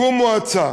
שום מועצה